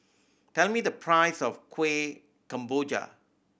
tell me the price of Kueh Kemboja